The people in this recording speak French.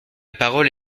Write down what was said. parole